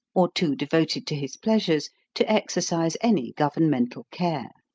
or too devoted to his pleasures, to exercise any governmental care.